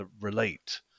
Relate